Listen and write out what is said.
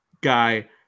guy